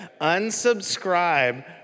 Unsubscribe